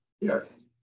Yes